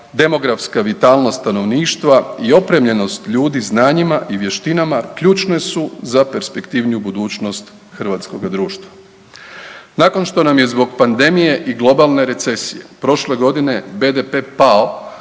demografska vitalnost stanovništva i opremljenost ljudi znanjima i vještinama ključne su za perspektivniju budućnost hrvatskoga društva. Nakon što nam je zbog pandemije i globalne recesije prošle godine BDP pao